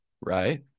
Right